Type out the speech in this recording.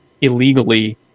illegally